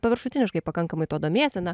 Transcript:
paviršutiniškai pakankamai tuo domiesi na